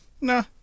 No